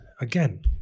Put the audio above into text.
Again